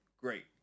great